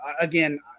again